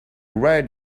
right